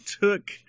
took